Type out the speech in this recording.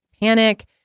panic